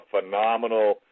phenomenal